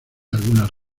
algunas